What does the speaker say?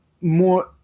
more –